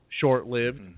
short-lived